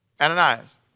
Ananias